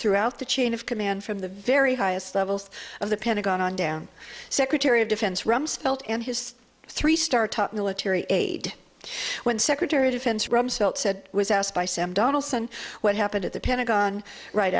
throughout the chain of command from the very highest levels of the pentagon on down secretary of defense rumsfeld and his three star a top military aide when secretary of defense rumsfeld said was asked by sam donaldson what happened at the pentagon right